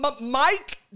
Mike